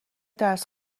درس